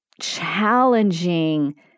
challenging